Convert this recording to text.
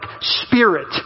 spirit